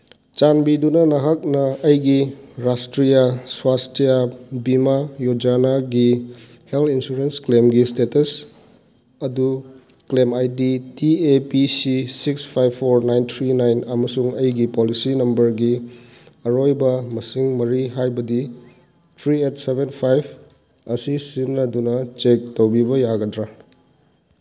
ꯆꯥꯟꯕꯤꯗꯨꯅ ꯅꯍꯥꯛꯅ ꯑꯩꯒꯤ ꯔꯥꯁꯇ꯭ꯔꯤꯌꯥ ꯁ꯭ꯋꯥꯁꯇꯤꯌꯥ ꯕꯤꯃꯥ ꯌꯣꯖꯅꯥꯒꯤ ꯍꯦꯜꯠ ꯏꯟꯁꯨꯔꯦꯟꯁ ꯀ꯭ꯂꯦꯝꯒꯤ ꯏꯁꯇꯦꯇꯁ ꯑꯗꯨ claim I D T A P C six five four nine three nine ꯑꯃꯁꯨꯡ ꯑꯩꯒꯤ ꯄꯣꯂꯤꯁꯤ ꯅꯝꯕꯔꯒꯤ ꯑꯔꯣꯏꯕ ꯃꯁꯤꯡ ꯃꯔꯤ ꯍꯥꯏꯕꯗꯤ ꯊ꯭ꯔꯤ ꯑꯩꯠ ꯁꯚꯦꯟ ꯐꯥꯏꯚ ꯑꯁꯤ ꯁꯤꯖꯤꯟꯅꯗꯨꯅ ꯆꯦꯛ ꯇꯧꯕꯤꯕ ꯌꯥꯒꯗ꯭ꯔꯥ